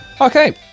Okay